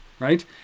Right